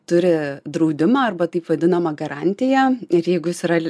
turi draudimą arba taip vadinamą garantiją ir jeigu jis yra li